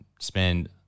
spend